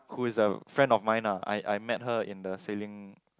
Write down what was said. who is the friend of mine lah I I met her in the sailing